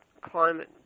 climate